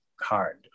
hard